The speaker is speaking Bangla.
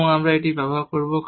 এবং আমরা এটি ব্যবহার করব